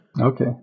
okay